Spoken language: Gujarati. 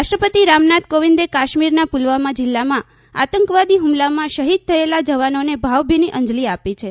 રાષ્ટ્રપતિ રામનાથ કોવિંદે કાશ્મીરના પુલવામાં જિલ્લામાં આતંકવાદી હ્મલામાં શહિદ થયેલા જવાનોને ભાવલીનિ અંજલી આપી છે